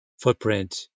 footprint